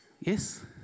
Yes